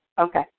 Okay